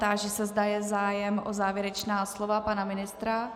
Táži se, zda je zájem o závěrečná slova pana ministra?